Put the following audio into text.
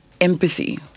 empathy